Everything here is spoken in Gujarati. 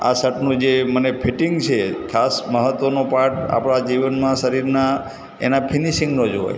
આ શર્ટનું જે મને ફિટિંગ છે ખાસ મહત્ત્વનો પાર્ટ આપણાં જીવનમાં શરીરનાં એનાં ફિનિશિંગનો જ હોય